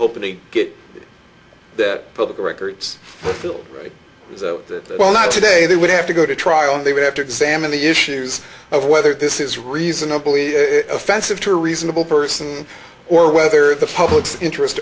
opening get that public records sealed the well not today they would have to go to trial and they would have to examine the issues of whether this is reasonably offensive to a reasonable person or whether the public's interest